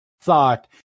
thought